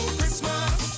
Christmas